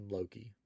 Loki